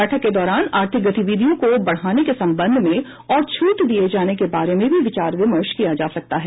बैठक के दौरान आर्थिक गतिविधियों को बढाने के संबंध में और छट दिए जाने के बारे में भी विचार विमर्श किया जा सकता है